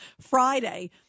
Friday